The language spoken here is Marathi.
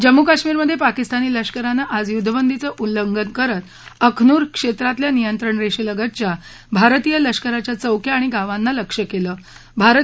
जम्मू कश्मिरमध्रपाकिस्तानी लष्करानं आज युद्धबंदीचं उल्लंघन करत अखनूर क्षमतिल्या नियंत्रण रक्षमतच्या भारतीय लष्कराच्या चौक्या आणि गावांनी लक्ष्य क्रळ